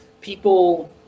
people